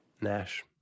Nash